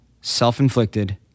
self-inflicted